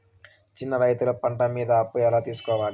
చిన్న రైతులు పంట మీద అప్పు ఎలా తీసుకోవాలి?